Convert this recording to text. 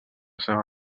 seva